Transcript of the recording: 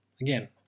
Again